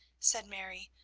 said mary,